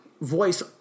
voice